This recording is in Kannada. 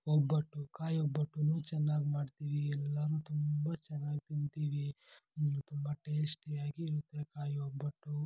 ಒಬ್ಬಟ್ಟು ಕಾಯಿ ಒಬ್ಬಟ್ಟೂ ಚೆನ್ನಾಗಿ ಮಾಡ್ತೀವಿ ಎಲ್ಲಾನು ತುಂಬ ಚೆನ್ನಾಗಿ ತಿಂತೀವಿ ಆಮೇಲೆ ತುಂಬ ಟೇಸ್ಟಿಯಾಗಿ ಇರುತ್ತೆ ಕಾಯಿ ಒಬ್ಬಟ್ಟು